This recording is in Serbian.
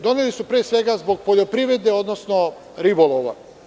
Doneli su pre svega zbog poljoprivrede, odnosno ribolova.